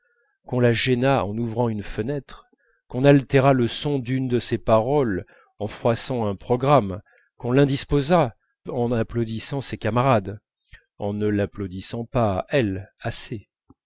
qu'on la gênât en ouvrant une fenêtre qu'on altérât le son d'une de ses paroles en froissant un programme qu'on l'indisposât en applaudissant ses camarades en ne l'applaudissant pas elle assez